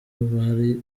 abari